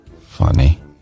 funny